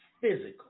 physical